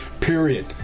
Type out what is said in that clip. period